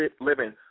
living